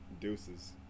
deuces